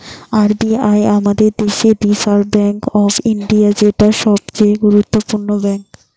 R B I আমাদের দেশের reserve bank of India, যেটা সবচে গুরুত্বপূর্ণ ব্যাঙ্ক